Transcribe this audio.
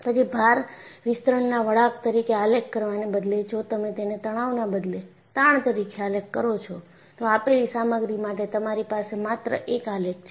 પછી ભાર વિસ્તરણના વળાંક તરીકે આલેખ કરવાને બદલે જો તમે તેને તણાવ ના બદલે તાણ તરીકે આલેખ કરો છો તો આપેલી સામગ્રી માટે તમારી પાસે માત્ર એક આલેખ છે